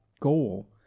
goal